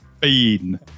Bean